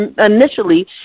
initially